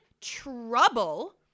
trouble